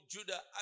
Judah